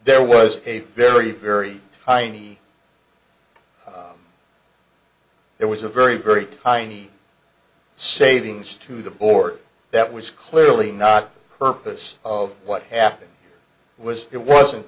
there was a very very tiny there was a very very tiny savings to the board that was clearly not the purpose of what happened was it wasn't